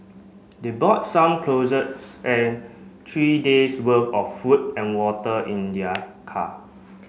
they brought some clothes and three days' worth of food and water in their car